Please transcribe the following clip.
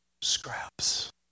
scraps